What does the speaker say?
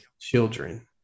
children